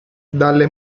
dalle